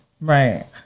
Right